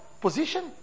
Position